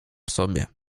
sobie